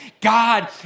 God